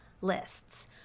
lists